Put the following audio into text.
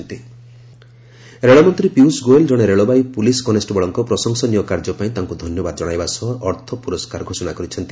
ରେଳବାଇ ପୀୟୁଷ ଗୋଏଲ୍ ରେଳମନ୍ତ୍ରୀ ପୀୟୂଷ ଗୋଏଲ୍ ଜଣେ railway police କନେଷ୍ଟବଳଙ୍କ ପ୍ରଶଂସନୀୟ କାର୍ଯ୍ୟ ପାଇଁ ତାଙ୍କୁ ଧନ୍ୟବାଦ ଜଶାଇବା ସହ ଅର୍ଥ ପୁରସ୍କାର ଘୋଷଣା କରିଛନ୍ତି